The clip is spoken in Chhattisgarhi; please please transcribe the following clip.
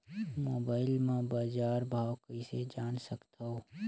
मोबाइल म बजार भाव कइसे जान सकथव?